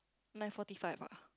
nine forty five ah